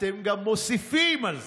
אתם גם מוסיפים על זה.